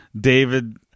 david